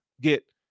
get